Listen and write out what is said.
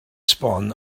sbon